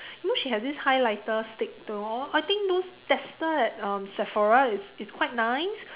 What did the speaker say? you know she has this highlighter stick though I think those tester at um Sephora is is quite nice